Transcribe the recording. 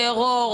טרור,